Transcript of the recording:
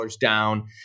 down